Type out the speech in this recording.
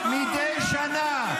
-- בניגוד לחוק, מדי שנה.